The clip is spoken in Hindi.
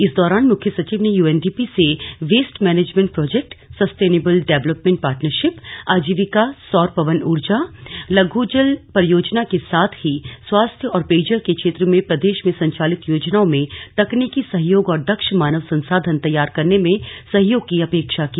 इस दौरान मुख्य सचिव ने यूएनडीपी र्स waste management project sustainable development partnership आजीविका सौर पवन ऊर्जा लघुजल परियोजना के साथ ही स्वास्थ्य और पेयजल के क्षेत्र में प्रदेश में संचालित योजनाओं में तकनीकि सहयोग और दक्ष मानव संसाधन तैयार करने में सहयोग की अपेक्षा की